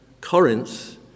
Corinth